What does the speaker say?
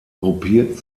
gruppiert